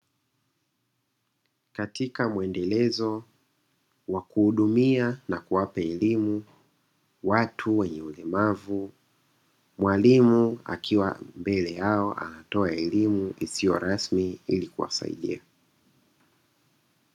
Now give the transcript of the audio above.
Katika mwendelezo wa kuhudumia na kuwapa elimu watu wenye ulemavu, mwalimu akiwa mbele yao, anatoa elimu isiyo rasmi ili kuwasaidia.